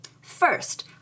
First